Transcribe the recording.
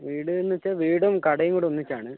വീട് എന്ന് വെച്ചാൽ വീടും കടയുംകൂടി ഒന്നിച്ചാണ്